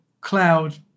cloud